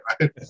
right